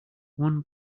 won